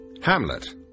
Hamlet